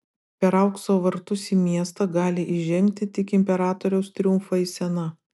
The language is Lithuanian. per aukso vartus į miestą gali įžengti tik imperatoriaus triumfo eisena